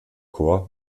chor